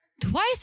twice